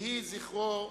יהי זכרו ברוך.